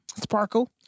Sparkle